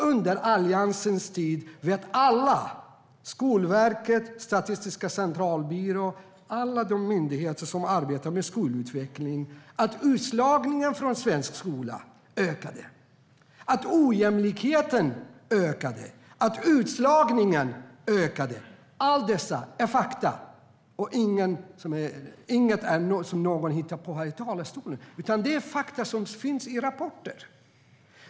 Under Alliansens tid visste Skolverket, Statistiska centralbyrån och andra myndigheter som arbetar med skolutveckling att utslagningen från svensk skola ökade, att ojämlikheten ökade, att utslagningen ökade - allt detta är fakta och inte någonting som någon hittar på från talarstolen. Det är fakta som finns i rapporter.